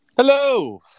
Hello